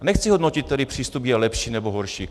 Nechci hodnotit, který přístup je lepší, nebo horší.